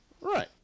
Right